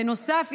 בנוסף,